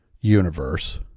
universe